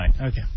Okay